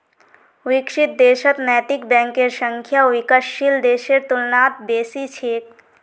विकसित देशत नैतिक बैंकेर संख्या विकासशील देशेर तुलनात बेसी छेक